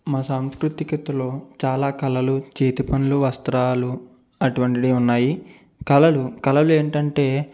మా సంస్కృతికతల్లో చాలా కళలు చేతి పనులు వస్త్రాలు అటువంటివి ఉన్నాయి కళలు కళలు ఏంటంటే